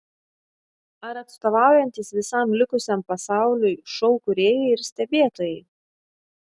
ar atstovaujantys visam likusiam pasauliui šou kūrėjai ir stebėtojai